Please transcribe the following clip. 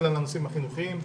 מסתכל על הנושאים החינוכיים,